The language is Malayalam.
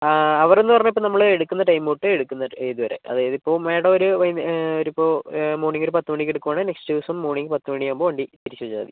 ആ അവർ എന്ന് പറഞ്ഞ് ഇപ്പോൾ നമ്മൾ എടുക്കുന്ന ടൈം തൊട്ട് എടുക്കുന്ന ഇത് വരെ അതായത് ഇപ്പോൾ മാഡം ഒരു വൈ ഒരിപ്പോൾ മോണിങ് ഒരു പത്ത് മണിക്ക് എടുക്കുവാണെങ്കിൽ നെക്സ്റ്റ് ദിവസം മോണിങ് പത്ത് മണിയാവുമ്പോൾ വണ്ടി തിരിച്ച് വെച്ചാൽ മതി